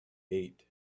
eight